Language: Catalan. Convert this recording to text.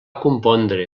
compondre